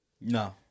No